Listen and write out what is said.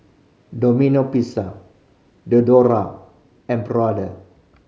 Domino Pizza Diadora and Brother